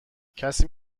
کسی